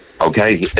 Okay